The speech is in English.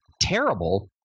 terrible